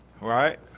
right